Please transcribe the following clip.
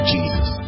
Jesus